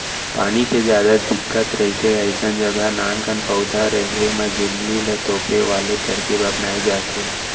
पानी के जादा दिक्कत रहिथे अइसन जघा नानकन पउधा रेहे म झिल्ली ल तोपे वाले तरकीब अपनाए जाथे